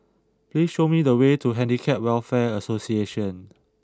please show me the way to Handicap Welfare Association